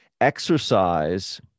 exercise